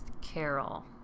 Carol